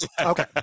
Okay